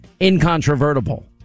incontrovertible